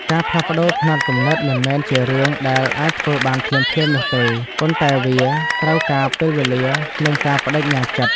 ការផ្លាស់ប្តូរផ្នត់គំនិតមិនមែនជារឿងដែលអាចធ្វើបានភ្លាមៗនោះទេ ប៉ុន្តែវាត្រូវការពេលវេលានិងការប្តេជ្ញាចិត្ត។